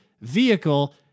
vehicle